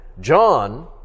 John